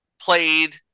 played